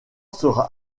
sera